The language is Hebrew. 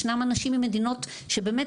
ישנם אנשים ממדינות שבאמת,